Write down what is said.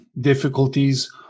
difficulties